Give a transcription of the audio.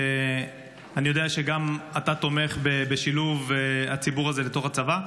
אני יודע שגם אתה תומך בשילוב הציבור הזה בתוך הצבא,